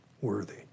worthy